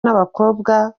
n’abakobwa